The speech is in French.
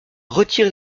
retire